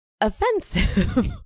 offensive